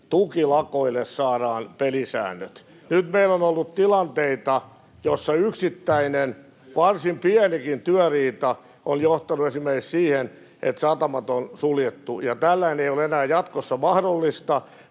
tukilakoille saadaan pelisäännöt. Nyt meillä on ollut tilanteita, joissa yksittäinen varsin pienikin työriita on johtanut esimerkiksi siihen, että satamat on suljettu, ja tällainen ei ole enää jatkossa mahdollista.